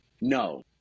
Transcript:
No